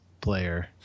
player